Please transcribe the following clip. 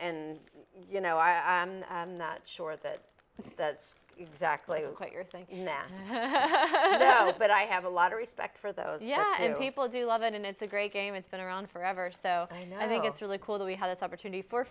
and you know i'm not sure that that's exactly what you're thinking but i have a lot of respect for those yeah and people do love it and it's a great game it's been around forever so i think it's really cool that we had this opportunity for